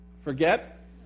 forget